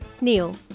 Neil